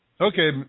Okay